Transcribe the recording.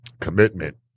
commitment